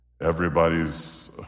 Everybody's